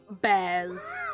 bears